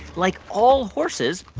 like all horses,